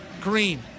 Green